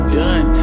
done